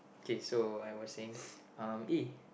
okay so I was saying um A